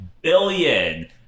billion